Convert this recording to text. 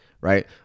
right